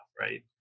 right